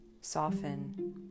soften